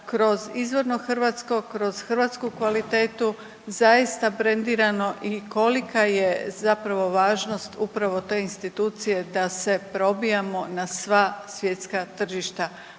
kroz izvorno hrvatsko, kroz hrvatsku kvalitetu zaista brendirano i kolika je zapravo važnost upravo te institucije da se probijamo na sva svjetska tržišta.